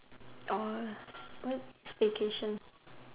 or what vacation